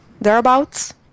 thereabouts